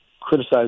criticize